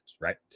right